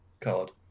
card